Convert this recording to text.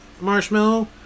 marshmallow